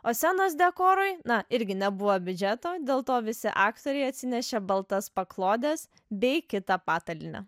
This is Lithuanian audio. o scenos dekorui irgi nebuvo biudžeto dėl to visi aktoriai atsinešė baltas paklodes bei kitą patalynę